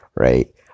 right